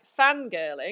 fangirling